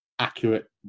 accurate